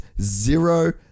zero